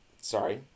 sorry